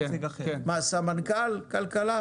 סמנכ"ל כלכלה?